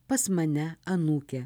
pas mane anūke